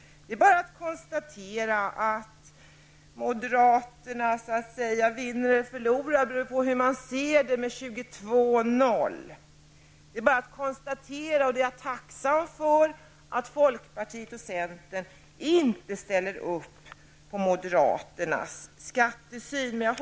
Det är bara att konstatera att moderaterna vinner eller förlorar, det beror på hur man ser det, med 22--0. Det är bara att konstatera detta och vara tacksam för att folkpartiet och centern inte ställer upp på moderaternas skattesyn. Herr talman!